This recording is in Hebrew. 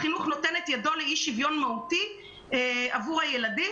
משרד החינוך נותן את ידו לאי שוויון מהותי כלפי הילדים.